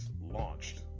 launched